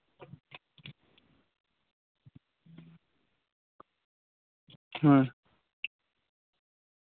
ᱦᱮᱸ